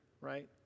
right